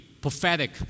prophetic